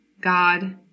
God –